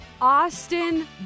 Austin